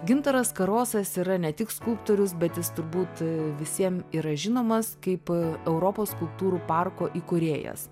gintaras karosas yra ne tik skulptorius bet jis turbūt visiem yra žinomas kaip europos skulptūrų parko įkūrėjas